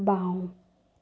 বাওঁ